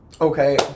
Okay